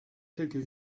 quelques